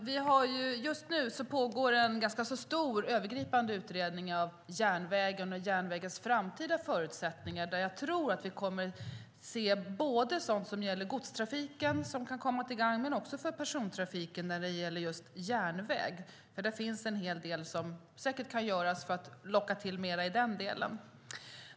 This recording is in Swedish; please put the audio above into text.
Herr talman! Just nu pågår en ganska stor övergripande utredning av järnvägen och järnvägens framtida förutsättningar. Jag tror att vi kommer att se sådant som kan komma till gagn för godstrafiken men också för persontrafiken när det gäller just järnväg. För det finns säkert en hel del som kan göras för att locka mer i den delen.